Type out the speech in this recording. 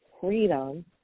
freedom